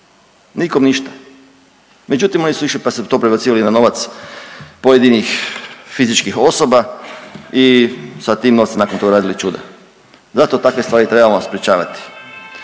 nikom ništa, međutim oni su išli, pa su to prebacivali na novac pojedinih fizičkih osoba i sa tim novcem nakon toga radili čuda, zato takve stvari trebamo sprječavati.